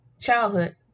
childhood